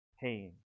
pain